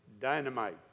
dynamite